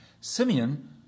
Simeon